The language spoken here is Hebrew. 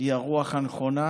היא הרוח הנכונה,